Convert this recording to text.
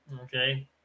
Okay